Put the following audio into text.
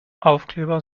aufkleber